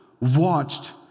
watched